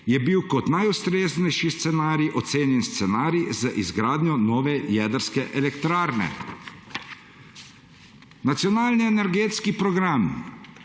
je bil kot najustreznejši scenarij ocenjen scenarij z izgradnjo nove jedrske elektrarne. Nacionalni energetski program